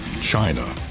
china